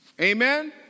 Amen